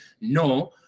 No